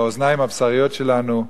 באוזניים הבשריות שלנו,